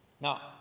now